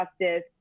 justice